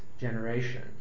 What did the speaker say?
generation